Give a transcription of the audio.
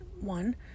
one